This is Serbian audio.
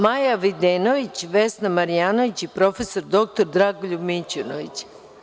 Maja Videnović, Vesna Marjanović i prof. Dr Dragoljub Mićunović.